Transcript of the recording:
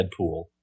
Deadpool